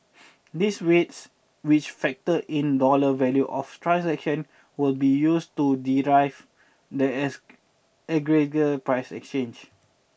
these weights which factor in dollar value of transactions will be used to derive the aggregate price exchange